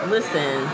Listen